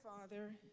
Father